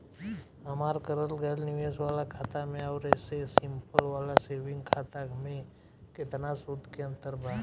हमार करल गएल निवेश वाला खाता मे आउर ऐसे सिंपल वाला सेविंग खाता मे केतना सूद के अंतर बा?